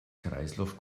kreislauf